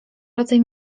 rodzaj